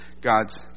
God's